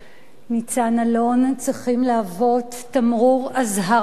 ניצן אלון צריכים להוות תמרור אזהרה.